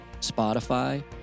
Spotify